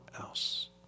else